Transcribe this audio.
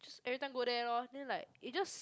everytime go there lor then like it's just